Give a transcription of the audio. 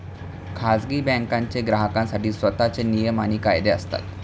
खाजगी बँकांचे ग्राहकांसाठी स्वतःचे नियम आणि कायदे असतात